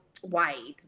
white